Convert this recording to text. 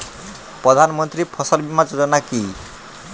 প্রধানমন্ত্রী ফসল বীমা যোজনা কি?